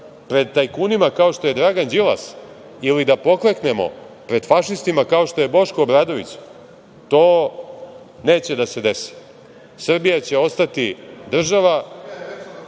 pred tajkunima kao što je Dragan Đilas ili da pokleknemo pred fašistima kao što je Boško Obradović, to neće da se desi. Srbija će ostati država,